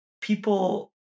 people